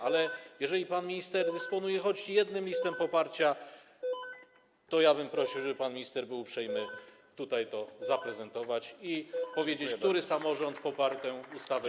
Ale jeżeli pan minister dysponuje choć jednym listem poparcia, to ja bym prosił, żeby pan minister był uprzejmy to zaprezentować i powiedzieć, który samorząd poparł tę ustawę.